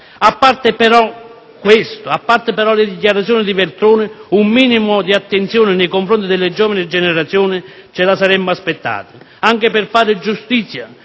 tanto fallace. A parte le dichiarazioni di Veltroni, un minimo di attenzione nei confronti delle giovani generazioni ce lo saremmo aspettato, anche per fare giustizia